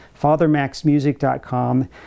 FatherMaxMusic.com